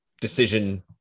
decision